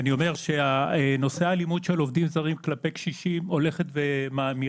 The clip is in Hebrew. אומר שנושא האלימות של עובדים זרים כלפי קשישים הולך ומאמיר,